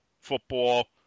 football